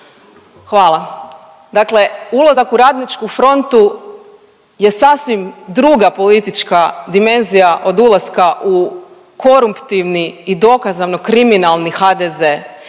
Hvala. Dakle, ulazak u RF je sasvim druga politička dimenzija od ulaska u koruptivni i dokazano kriminalni HDZ